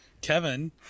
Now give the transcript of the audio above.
Kevin